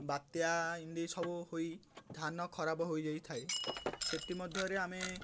ବାତ୍ୟା ଇନ୍ତି ସବୁ ହୋଇ ଧାନ ଖରାପ ହୋଇଯାଇଥାଏ ସେଥିମଧ୍ୟରେ ଆମେ